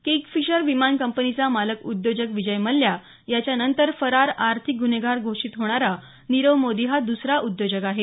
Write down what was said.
Kingfisher विमान कंपनीचा मालक उद्योजक विजय मल्ल्या याच्यानंतर फरार आर्थिक गुन्हेगार घोषीत होणारा नीरव मोदी हा द्सरा उद्योजक आहे